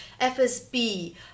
FSB